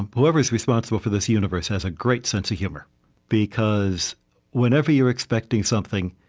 whoever's responsible for this universe has a great sense of humor because whenever you're expecting something,